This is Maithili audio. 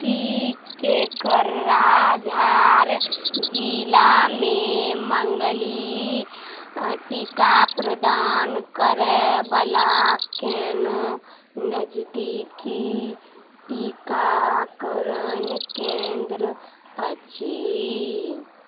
की केकराझार जिला मे मँगली टीका प्रदान करयवला कोनो नजदीकी टीकाकरण केन्द्र अछि